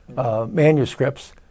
manuscripts